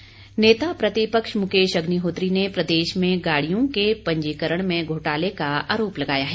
अग्निहोत्री नेता प्रतिपक्ष मुकेश अग्निहोत्री ने प्रदेश में गाड़ियों के पंजीकरण में घोटाले का आरोप लगाया है